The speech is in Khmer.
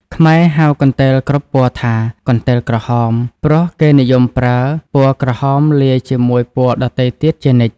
ខ្មែរហៅកន្ទេលគ្រប់ពណ៌ថា កន្ទេលក្រហម ព្រោះគេនិយមប្រើពណ៌ក្រហមលាយជាមួយពណ៌ដទៃទៀតជានិច្ច ។